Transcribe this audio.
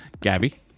Gabby